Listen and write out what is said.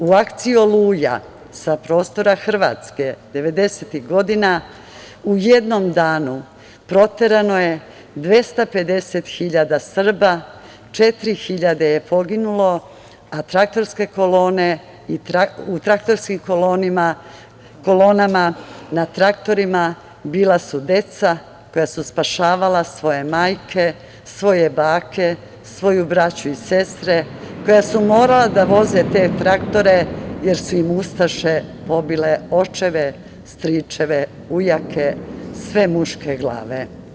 U akciji „Oluja“ sa prostora Hrvatske devedesetih godina u jednom danu proterano je 250 hiljada Srba, četiri hiljade je poginulo, a u traktorskim kolonama, na traktorima bila su deca koja su spašavala svoje majke, svoje bake, svoju braću i sestre, koja su morala da voze te traktore, jer su im ustaše pobile očeve, stričeve, ujake, sve muške glave.